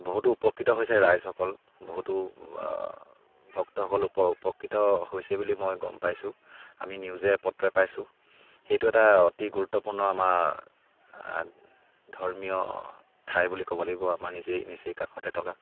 বহুতো উপকৃত হৈছে ৰাইজসকল বহুতো ভক্তসকল উপকৃত হৈছে বুলি মই গম পাইছোঁ আমি নিউজে পত্ৰই পাইছোঁ সেইটো এটা অতি গুৰুত্বপূৰ্ণ আমাৰ ধৰ্মীয় ঠাই বুলি ক'ব লাগিব আমাৰ নিজেই নিচেই কাষতে থকা